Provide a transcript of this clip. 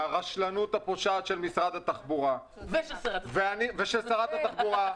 מהרשלנות הפושעת של משרד התחבורה ושל שרת התחבורה.